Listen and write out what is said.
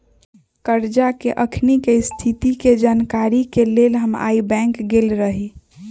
करजा के अखनीके स्थिति के जानकारी के लेल हम आइ बैंक गेल रहि